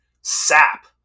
Sap